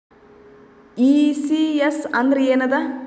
ECS ಅಂದ್ರ ಏನದ?